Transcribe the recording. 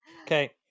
okay